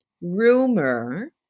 rumor